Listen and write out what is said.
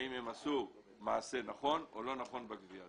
האם הם עשו מעשה נכון או לא נכון בגבייה.